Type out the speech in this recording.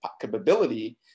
capability